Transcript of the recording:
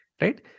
right